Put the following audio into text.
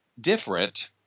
different